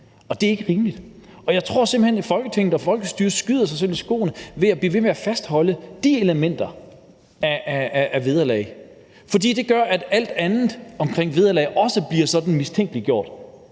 af. Det er ikke rimeligt. Jeg tror simpelt hen, at Folketinget og folkestyret skyder sig selv i foden ved at blive ved med at fastholde de elementer af vederlag. For det gør, at alt andet omkring vederlag også sådan bliver mistænkeliggjort: